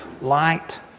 light